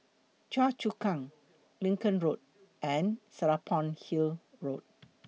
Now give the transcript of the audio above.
Choa Chu Kang Lincoln Road and Serapong Hill Road